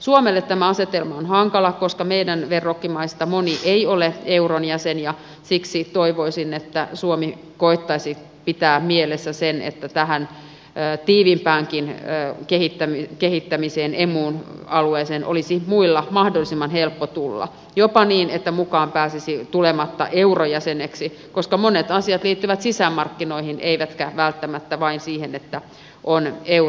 suomelle tämä asetelma on hankala koska meidän verrokkimaistamme moni ei ole euron jäsen ja siksi toivoisin että suomi koettaisi pitää mielessä mahdollisuuden emun tiiviimpäänkin kehittämiseen ja että emun alueeseen olisi muilla mahdollisimman helppo tulla jopa niin että mukaan pääsisi tulematta eurojäseneksi koska monet asiat liittyvät sisämarkkinoihin eivätkä välttämättä vain siihen että on eurojäsenenä